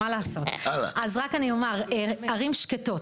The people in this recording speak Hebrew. אז רק אני אומר, ערים שקטות.